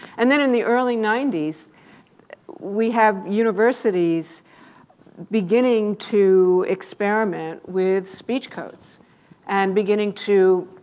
and then in the early ninety s we have universities beginning to experiment with speech codes and beginning to